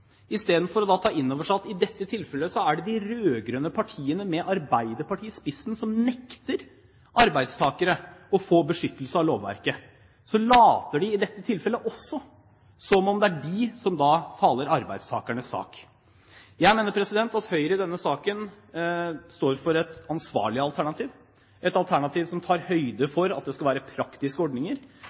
Istedenfor å ta inn over seg at det i dette tilfellet er de rød-grønne partiene med Arbeiderpartiet i spissen som nekter arbeidstakere å få beskyttelse av lovverket, later de som om det er de som taler arbeidstakernes sak. Jeg mener at Høyre i denne saken står for et ansvarlig alternativ, et alternativ som tar høyde for at det skal være praktiske ordninger,